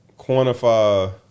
quantify